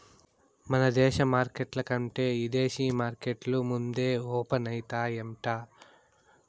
మన దేశ మార్కెట్ల కంటే ఇదేశీ మార్కెట్లు ముందే ఓపనయితాయంట